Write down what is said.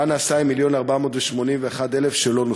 2. מה נעשה עם 1.481 מיליון השקל שלא נוצלו?